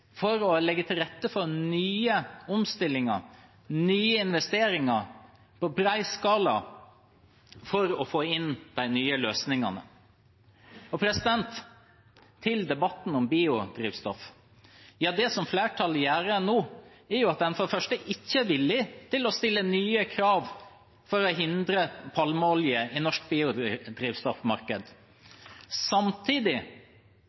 for å legge til rette for nye omstillinger, nye investeringer i bred skala, for å få inn de nye løsningene. Så til debatten om biodrivstoff. Det flertallet gjør nå, er for det første at en ikke er villig til å stille nye krav for å hindre palmeolje i